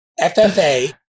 FFA